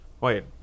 Wait